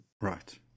Right